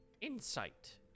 insight